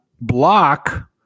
block